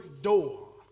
Door